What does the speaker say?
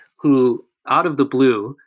who out of the blue,